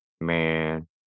Man